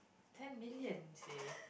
ten millions seh